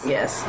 Yes